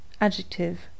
Adjective